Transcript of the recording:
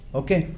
okay